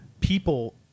people